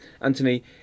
Anthony